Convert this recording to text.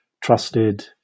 trusted